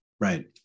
Right